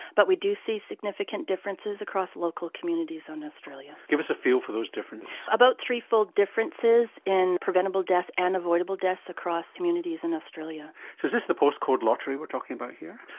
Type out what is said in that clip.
but we do see significant differences across local communities in and australia. give us a feel for those differences. about three-fold differences in preventable deaths and avoidable deaths across communities in australia. so is this the postcode lottery we're talking about here?